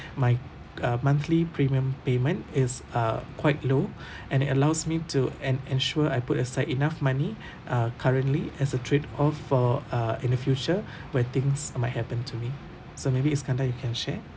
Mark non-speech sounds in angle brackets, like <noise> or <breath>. my uh monthly premium payment is uh quite low <breath> and it allows me to and ensure I put aside enough money uh currently as a trade-off for uh in the future <breath> where things might happen to me so maybe iskandar you can share